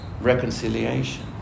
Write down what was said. reconciliation